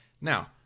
Now